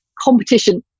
competition